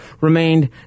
remained